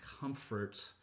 comfort